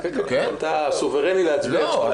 אתה סוברני להצביע איך שאתה רוצה.